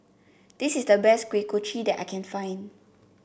this is the best Kuih Kochi that I can find